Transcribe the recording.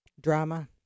Drama